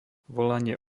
volanie